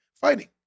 fighting